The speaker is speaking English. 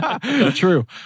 True